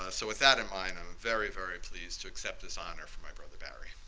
ah so with that in mind, i'm very, very pleased to accept this honor for my brother, barry